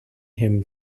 him